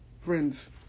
Friends